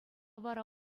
вара